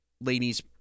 ladies